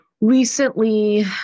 recently